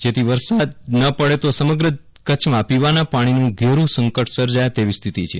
જેથી જો વરસાદ ન પડે તો સમગ્ર કચ્છમાં પીવાનાં પાણીનું ઘેરું સંકટ સર્જાય તેવી સ્થિતિ છે